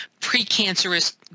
precancerous